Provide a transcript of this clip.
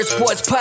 Sports